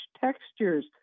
textures